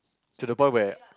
to the point where